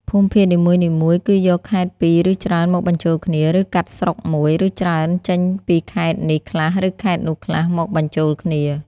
ភូមិភាគនីមួយៗគឺយកខេត្តពីរឬច្រើនមកបញ្ចូលគ្នា ឬកាត់ស្រុក១ ឬច្រើនចេញពីខេត្តនេះខ្លះឬខេត្តនោះខ្លះ មកបញ្ចូលគ្នា។